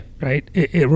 right